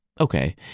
Okay